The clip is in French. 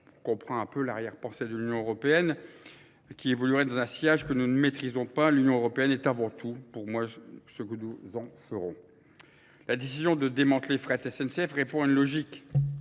on comprend un peu l'arrière-pensée de l'Union européenne. qui évoluerait dans un sillage que nous ne maîtrisons pas à l'Union européenne, est avant tout, pour moi, ce que nous en ferons. La décision de démanteler frais à TSNCF répond à une logique,